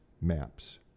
maps